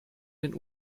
den